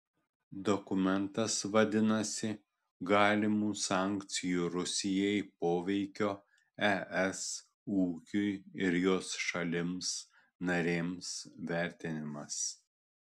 dokumentas vadinasi galimo sankcijų rusijai poveikio es ūkiui ir jos šalims narėms vertinimas